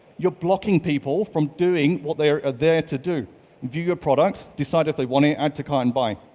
you're blocking people from doing what they are there to do view your product, decide if they want it, add to cart, and buy.